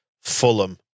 Fulham